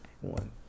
one